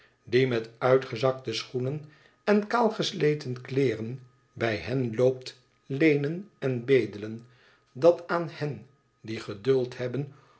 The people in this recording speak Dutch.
die met uitgezakte schoenen en kaalgesleten kleeren bij hen loopt leenen en bedelen dat aan hen die geduld hebben